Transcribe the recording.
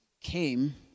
came